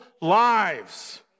lives